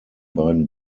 beiden